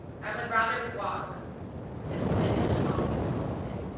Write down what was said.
i would rather walk than sit in an office all day,